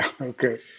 Okay